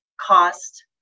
cost